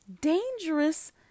dangerous